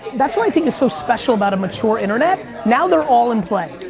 that's what i think is so special about a mature internet, now they're all in play,